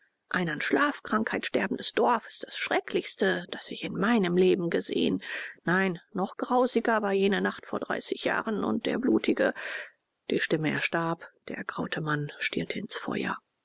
ein an schlafkrankheit sterbendes dorf ist das schrecklichste das ich in meinem leben gesehen nein noch grausiger war jene nacht vor dreißig jahren und der blutige die stimme erstarb der ergraute mann stierte ins feuer